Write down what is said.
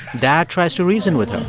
dad tries to reason with